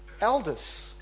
elders